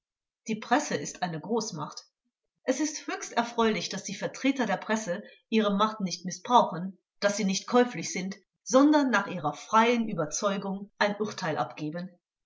die presse ist eine großmacht es ist höchst erfreulich daß die vertreter der presse ihre macht nicht mißbrauchen daß sie nicht käuflich sind sondern nach ihrer freien überzeugung ein urteil abgeben